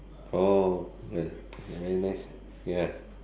orh ya very nice ya